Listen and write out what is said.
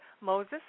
Moses